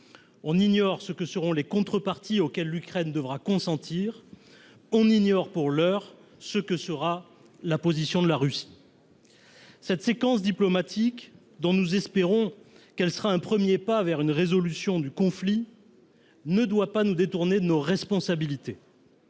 On ignore ce que seront les contreparties auxquelles l’Ukraine devra consentir. On ignore pour l’heure ce que sera la position de la Russie. Cette séquence diplomatique, dont nous espérons qu’elle sera un premier pas vers une résolution du conflit, ne doit pas nous détourner de nos responsabilités.